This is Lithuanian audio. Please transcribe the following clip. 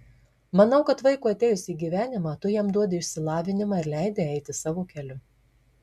manau kad vaikui atėjus į gyvenimą tu jam duodi išsilavinimą ir leidi eiti savo keliu